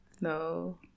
No